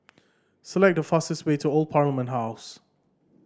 select the fastest way to Old Parliament House